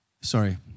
sorry